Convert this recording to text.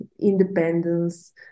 independence